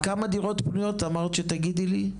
כמה דירות פנויות אמרת שתגידי לי,